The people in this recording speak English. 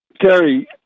Terry